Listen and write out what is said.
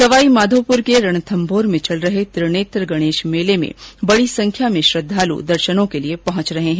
सवाईमाधोपुर के रणथम्मौर में चल रहे त्रिनेत्र गणेश मेले में बड़ी संख्या में श्रद्धाल पहंच रहे है